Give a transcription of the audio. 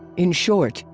in short,